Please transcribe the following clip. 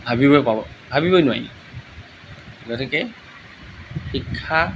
ভাবিবই পাব ভাবিবই নোৱাৰি গতিকে শিক্ষা